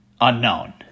unknown